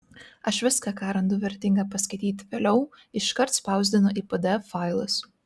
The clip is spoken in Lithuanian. aš viską ką randu vertinga paskaityti vėliau iškart spausdinu į pdf failus